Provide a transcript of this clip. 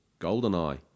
Goldeneye